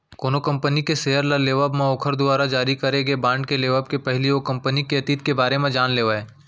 कोनो कंपनी के सेयर ल लेवब म ओखर दुवारा जारी करे गे बांड के लेवब के पहिली ओ कंपनी के अतीत के बारे म जान लेवय